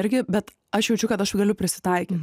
irgi bet aš jaučiu kad aš galiu prisitaikyt